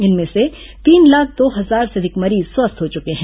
इनमें से तीन लाख दो हजार से हजार से अधिक मरीज स्वस्थ हो चुके हैं